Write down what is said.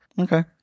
Okay